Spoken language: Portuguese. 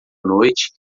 noite